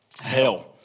hell